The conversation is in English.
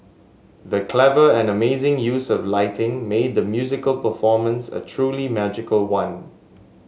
the clever and amazing use of lighting made the musical performance a truly magical one